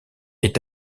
est